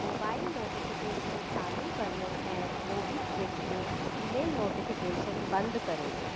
mobile notification चालू करियो ऐं मोबीक्विक में ईमेल नोटिफिकेशन बंदि करियो